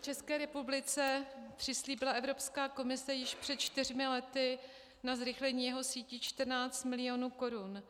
České republice přislíbila Evropská komise již před čtyřmi lety na zrychlení jeho sítí 14 milionů (?) korun.